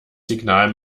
signal